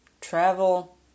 travel